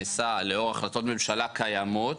הדבר הזה נעשה לאור החלטות ממשלה קיימות